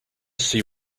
see